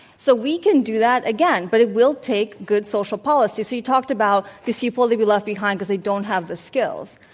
so can do that again. but it will take good social policy. so, you talked about these people they'll be left behind because they don't have the skills,